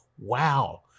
Wow